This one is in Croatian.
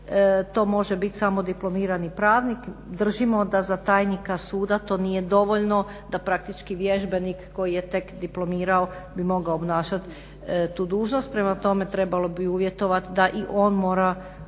to može biti samo diplomirani pravnik. Držimo da za tajnika suda to nije dovoljno, da praktički vježbenik koji je tek diplomirao bi mogao obnašati tu dužnost, prema tome trebalo bi uvjetovat da i on mora